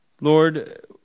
Lord